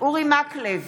אורי מקלב,